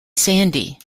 sandy